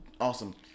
awesome